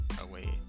away